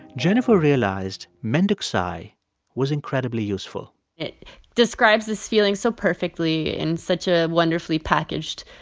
jennifer realized mendokusai was incredibly useful it describes this feeling so perfectly in such a wonderfully packaged,